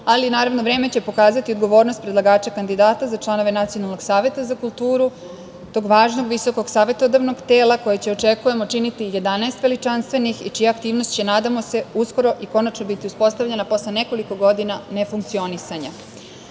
ali naravno vreme će pokazati odgovornost predlagača kandidata za članove Nacionalnog saveta za kulturu, tog važnog visokog savetodavnog tela koje će, očekujemo, činiti 11 veličanstvenih i čija aktivnost će, nadamo se, uskoro i konačno biti uspostavljena posle nekoliko godina nefunkcionisanja. Aktivnost